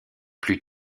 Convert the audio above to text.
plus